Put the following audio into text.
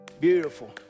Beautiful